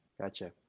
Gotcha